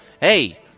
hey